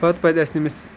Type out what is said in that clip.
پَتہٕ پَزِ اَسہِ تٔمِس